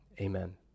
amen